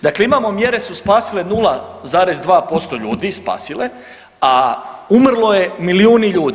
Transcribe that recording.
Dakle imamo, mjere su spasile 0,2% ljudi, spasile, a umrlo je milijuni ljudi.